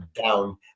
down